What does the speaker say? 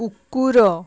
କୁକୁର